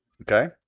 Okay